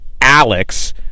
Alex